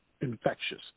infectious